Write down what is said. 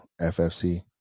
ffc